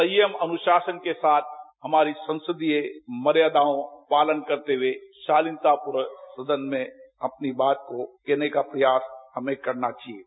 संयम अनुशासन के साथ हमारी संसदीय मर्यादाओं पालन करते हुए सदन में अपनी बात को कहने का प्रयास करना चाहिये